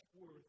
worth